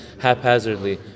haphazardly